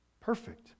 perfect